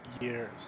years